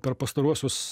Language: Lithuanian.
per pastaruosius